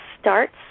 starts